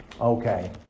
Okay